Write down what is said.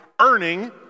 earning